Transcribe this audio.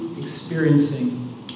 experiencing